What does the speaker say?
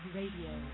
Radio